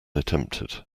attempted